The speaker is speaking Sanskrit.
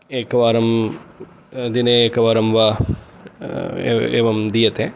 एकवारं दिने एकवारं वा एवं दीयते